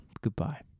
Goodbye